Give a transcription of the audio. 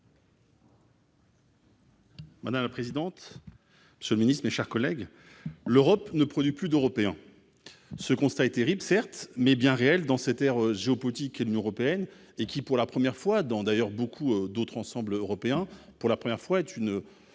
Madame la présidente, ce Ministre, mes chers collègues, l'Europe ne produit plus d'Européens, ce constat est terrible, certes, mais bien réels dans cette aire géopolitique, elle nous européenne et qui, pour la première fois dans d'ailleurs beaucoup d'autres ensembles européens pour